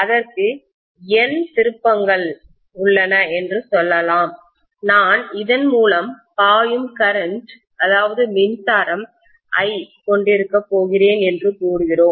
அதற்கு N திருப்பங்கள் உள்ளன என்று சொல்லலாம் நான் இதன் மூலம் பாயும் கரண்ட் மின்சாரம் I கொண்டிருக்கப் போகிறேன் என்று கூறுகிறோம்